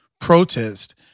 Protest